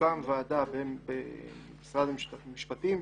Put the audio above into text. שתוקם ועדה במשרד המשפטים,